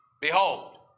Behold